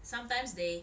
sometimes they